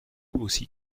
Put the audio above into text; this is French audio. aussi